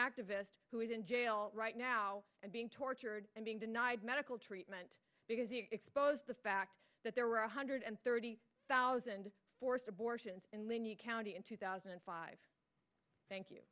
activist who is in jail right now and being tortured and being denied medical treatment because he exposed the fact that there were one hundred thirty thousand forced abortions and when you county in two thousand and five thank you